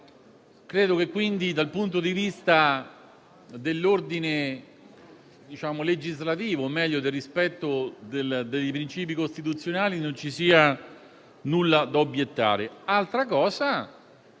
Credo che quindi, dal punto di vista dell'ordine legislativo, o meglio del rispetto del dei principi costituzionali, non vi sia nulla da obiettare.